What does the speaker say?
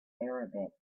arabic